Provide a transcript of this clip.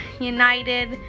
united